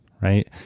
right